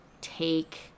take